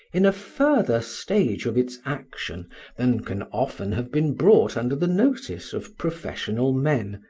in a further stage of its action than can often have been brought under the notice of professional men,